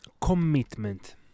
commitment